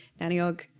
Naniog